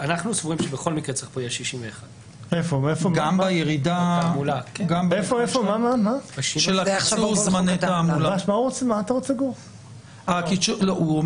אנחנו סבורים שבכל מקרה צריך 61. הוא אומר